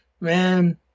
man